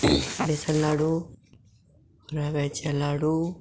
बेसन लाडू रव्याचे लाडू